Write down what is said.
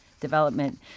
development